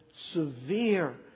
severe